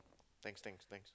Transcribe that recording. thanks thanks thanks